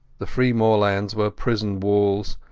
the free moorlands were prison walls,